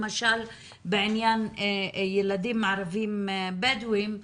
למשל בעניין ילדים ערבים בדואים.